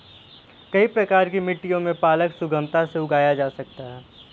कई प्रकार की मिट्टियों में पालक सुगमता से उगाया जा सकता है